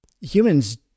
Humans